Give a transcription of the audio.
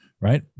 right